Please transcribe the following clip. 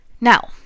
Now